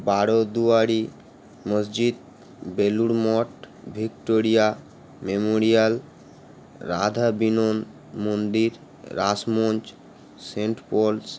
Baroduari Masjid Belur Math Victoria Memorial Radhabinod Mandir Rasmancha Saint Paul's